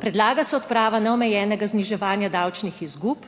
(DAG) - 12.05** (nadaljevanje) izgub